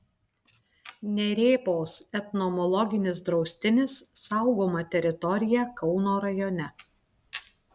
nerėpos entomologinis draustinis saugoma teritorija kauno rajone